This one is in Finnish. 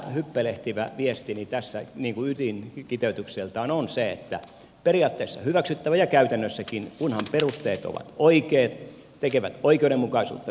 vähän hyppelehtivänä viestinä tässä ydinkiteytykseltään on se että periaatteessa hyväksyttävä ja käytännössäkin kunhan perusteet ovat oikeat tekevät oikeudenmukaisuutta vesivoimalle